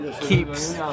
keeps